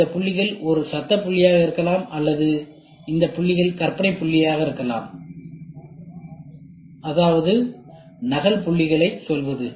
இந்த புள்ளிகள் ஒரு சத்த புள்ளியாக இருக்கலாம் அல்லது இந்த புள்ளிகள் கற்பனையான புள்ளியாக இருக்கலாம் அதாவது நகல் புள்ளிகளைச் சொல்வது